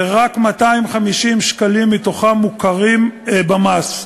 ורק 250 שקלים מתוכם מוכרים למס.